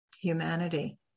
humanity